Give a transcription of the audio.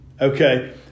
Okay